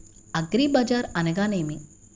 అగ్రిబజార్ అనగా నేమి?